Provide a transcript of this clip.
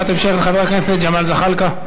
חבר הכנסת ג'מאל זחאלקה,